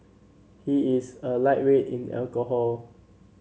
he is a lightweight in alcohol